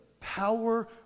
power